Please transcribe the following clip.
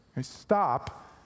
Stop